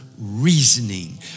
reasoning